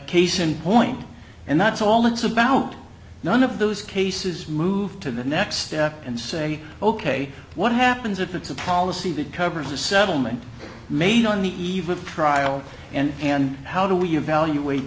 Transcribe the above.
case in point and that's all it's about none of those cases move to the next step and say ok what happens if it's a policy that covers a settlement made on the eve of trial and and how do we evaluate